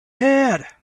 had